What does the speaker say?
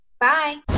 Bye